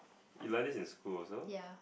you learn this in school also